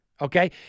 okay